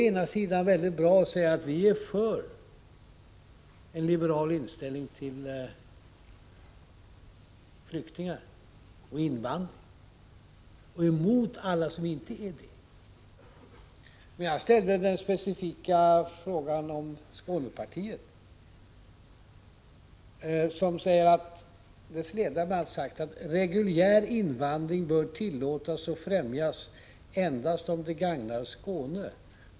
Det går väldigt bra att säga att man är för en liberal inställning till flyktingar och invandring och att man är emot alla som inte har en sådan inställning. Men jag ställde en specifik fråga om Skånepartiet, vars ledare bl.a. har sagt följande: Reguljär invandring bör tillåtas och främjas endast om det gagnar Skåne.